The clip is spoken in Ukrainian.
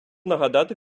нагадати